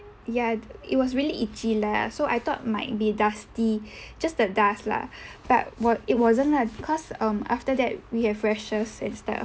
ya it was really itchy lah so I thought might be dusty just the dust lah but wa~ it wasn't lah cause um after that we have rashes and stuff